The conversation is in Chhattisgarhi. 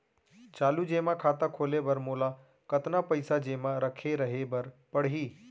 चालू जेमा खाता खोले बर मोला कतना पइसा जेमा रखे रहे बर पड़ही?